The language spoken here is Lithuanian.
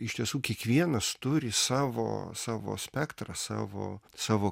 iš tiesų kiekvienas turi savo savo spektrą savo savo